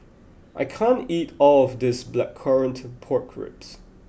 I can't eat all of this Blackcurrant Pork Ribs